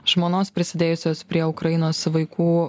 žmonos prisidėjusios prie ukrainos vaikų